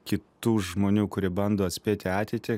kitų žmonių kurie bando atspėti ateitį